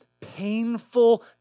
painful